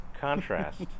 Contrast